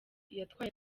yatwaye